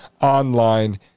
online